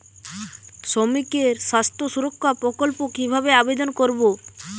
শ্রমিকের স্বাস্থ্য সুরক্ষা প্রকল্প কিভাবে আবেদন করবো?